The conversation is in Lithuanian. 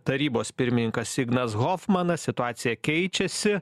tarybos pirmininkas ignas hofmanas situacija keičiasi